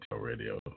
Radio